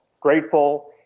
grateful